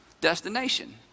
destination